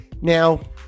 Now